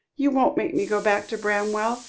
you won't make me go back to bramwell?